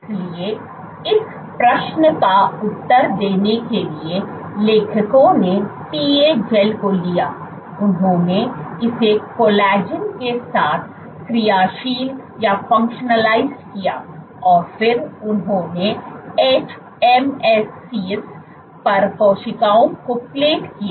इसलिए इस प्रश्न का उत्तर देने के लिए लेखकों ने PA gel को लिया उन्होंने इसे कोलेजन के साथ क्रियाशील किया और फिर उन्होंने hMSCs पर कोशिकाओं को प्लेट किया